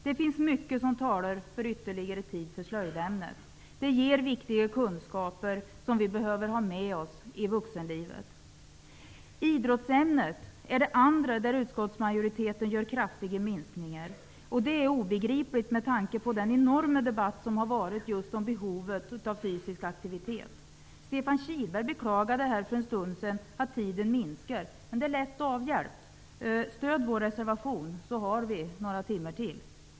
Det finns mycket som talar för ytterligare tid för slöjdämnet. Det ger viktiga kunskaper som vi behöver ha med oss i vuxenlivet. Idrottsämnet är det andra ämne där utskottsmajoriteten gör kraftiga minskningar. Det är obegripligt med tanke på den enorma debatt som varit om just behovet av fysisk aktivitet. Stefan Kihlberg beklagade för en stund sedan att timantalet minskar. Det är lätt avhjälpt: Stöd vår reservation så har vi några timmar till.